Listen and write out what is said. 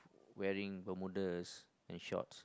wearing Bermudas and shorts